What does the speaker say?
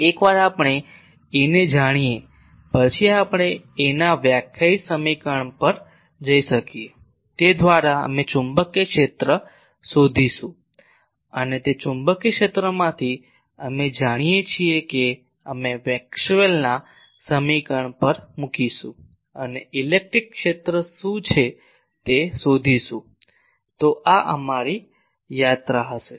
એકવાર આપણે A ને જાણીએ પછી આપણે A ના વ્યાખ્યાયિત સમીકરણ પર જઈ શકીએ તે દ્વારા અમે ચુંબકીય ક્ષેત્ર શોધીશું અને તે ચુંબકીય ક્ષેત્રમાંથી અમે જાણીએ છીએ કે અમે મેક્સવેલના સમીકરણ પર મૂકીશું અને ઇલેક્ટ્રિક ક્ષેત્ર શું છે તે શોધીશું તો આ અમારી યાત્રા હશે